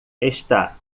está